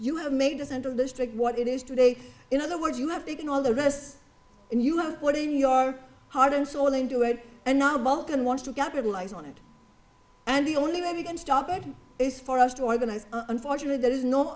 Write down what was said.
you have made doesn't illustrate what it is today in other words you have taken all the rest and you have what in your heart and soul into it and not vulcan wants to capitalize on it and the only way we can stop it is for us to organize unfortunately there is no